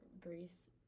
Grace